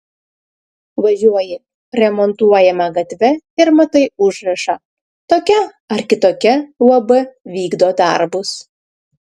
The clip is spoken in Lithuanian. važiuoji remontuojama gatve ir matai užrašą tokia ar kitokia uab vykdo darbus